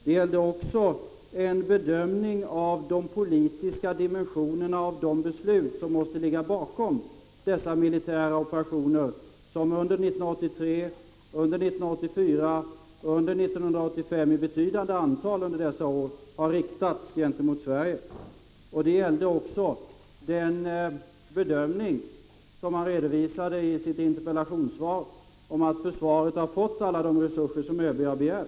Det gällde också en bedömning av de politiska dimensionerna av de beslut som måste ligga bakom dessa militära operationer som under 1983, 1984 och 1985 i betydande antal har riktats mot Sverige. Det gällde den bedömning som försvarsministern redovisade i sitt interpellationssvar om att försvaret har fått alla de resurser som ÖB har begärt.